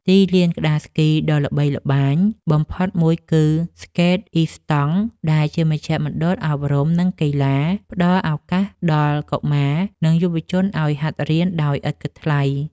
ទីលានជិះក្ដារស្គីដ៏ល្បីល្បាញបំផុតមួយគឺ ស្កេតអ៊ីស្តង់ ដែលជាមជ្ឈមណ្ឌលអប់រំ និងកីឡាផ្ដល់ឱកាសដល់កុមារ និងយុវជនឱ្យហាត់រៀនដោយឥតគិតថ្លៃ។